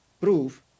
proof